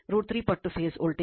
√3 ಪಟ್ಟು phase voltage